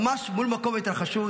ממש מול מקום התרחשות,